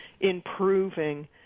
improving